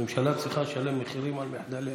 אין מי שישלם לאזרח.